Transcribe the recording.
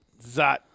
Zot